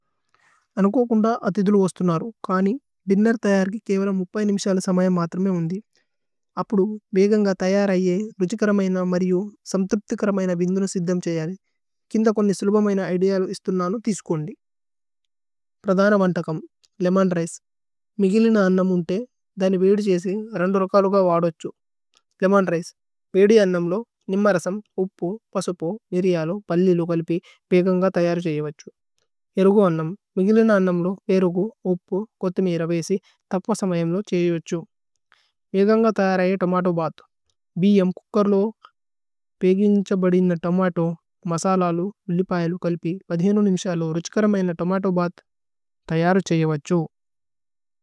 അനുകോകുന്ദ അതിദുലു ഓസ്തുനരു കാനി ദിന്നേര്। തയരികി കേവല നിമ്സല സമയമ് മത്രമേ। ഉന്ദി അപ്പുദു ബേഗന്ഗ തയരിയേ രുജികരമയിന। മരിയു സമ്ത്രിപ്തികരമയിന വിന്ദുനു സിദ്ധമ്। ഛയലി കിന്ദ കോന്നി സ്ലുബമയിന ഇദേയലു। ഇസ്തുനനു, തിസുകുന്ദി പ്രധന വന്തകമ് ലേമോന്। രിചേ മിഗിലിന അന്നമ് ഉന്തേ ധനി വേദി ഛേസി। രന്ദു രോകലുഗ വാദ് ഓഛു ലേമോന് രിചേ വേദി। അന്നമ്ലോ നിമ്മരസമ് ഉപ്പു പസുപു മിരിയലു। പല്ലിലു കലിപി ബേഗന്ഗ തയരി ഛയിവഛു। ഏരുഗു അന്നമ് മിഗിലിന അന്നമ്ലോ, ഏരുഗു, ഉപ്പു। കോഥിമീര വേസി തപ്വ സമയമ്ലോ ഛയിവഛു। ബേഗന്ഗ തയരിയേ തോമതോ ബഥ്। ബിയമ്। കുക്കരുലോ പേഗിന്ഛ ബദിന തോമതോ മസലലു। ഉല്ലിപയലു കലിപി നിമ്സലോ രുജികരമയിന। തോമതോ ബഥ് തയരു ഛയിവഛു।